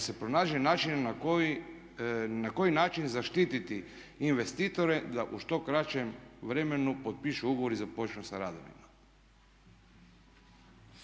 se pronađe način kako zaštititi investitore da u što kraćem vremenu potpišu ugovor i započnu sa radom.